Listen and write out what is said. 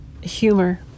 humor